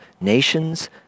nations